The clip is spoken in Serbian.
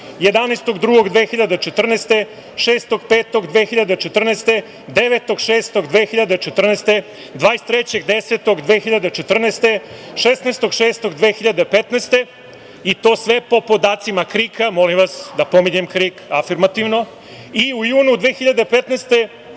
11.02.2014, 06.05.2014, 09.06.2014, 23.10.2014, 16.06.2015. i to sve po podacima KRIK-a, molim vas, napominjem KRIK afirmativno i u junu 2015.